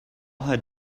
had